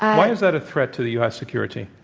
why is that a threat to the u. s. security?